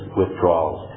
withdrawals